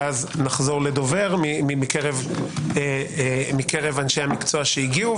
ואז נחזור לדובר מקרב אנשי המקצוע שהגיעו,